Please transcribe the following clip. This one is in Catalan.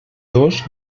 dos